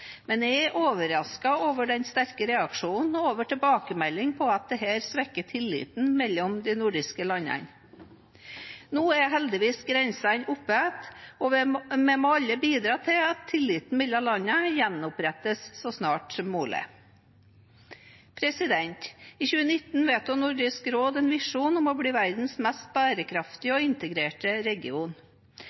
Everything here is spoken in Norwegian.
Men jeg er overrasket over den sterke reaksjonen og over tilbakemeldingen på at dette svekker tilliten mellom de nordiske landene. Nå er heldigvis grensene åpne igjen, og vi må alle bidra til at tilliten mellom landene gjenopprettes så snart som mulig. I 2019 vedtok Nordisk råd en visjon om å bli verdens mest bærekraftige og integrerte region.